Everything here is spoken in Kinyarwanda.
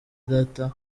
data